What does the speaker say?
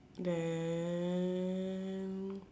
then